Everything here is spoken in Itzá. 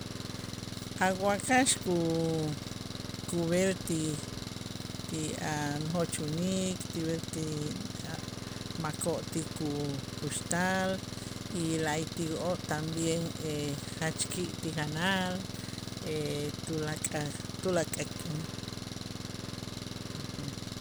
A' wakax ku- kub'el ti- ti a' nojoch winik ti b'el ti a' makoo' ti ku- kuxtal y la'ayti'oo' también jach ki' ti janal tulakaj tulak'a k'in.